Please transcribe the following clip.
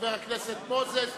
חבר הכנסת מוזס.